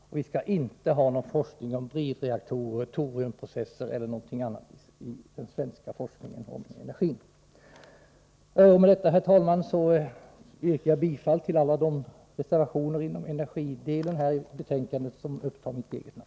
Men vi skall inte ha någon forskning om bridreaktorer, toriumprocesser, etc. i den svenska forskningen om energin. Med detta, herr talman, yrkar jag bifall till alla de reservationer inom energidelen av betänkandet som upptar mitt namn.